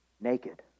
naked